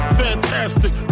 fantastic